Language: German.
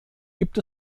gibt